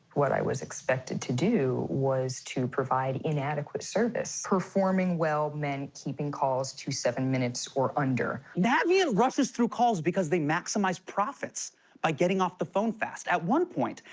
what i was expected to do was to provide inadequate service. performing well meant keeping calls to seven minutes or under. navient rushes through calls because they maximize profits by getting off the phone fast. at one point,